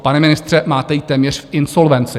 Pane ministře, máte ji téměř v insolvenci.